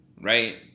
right